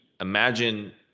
Imagine